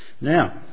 Now